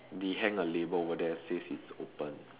they hang a label over there says it's open